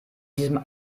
diesem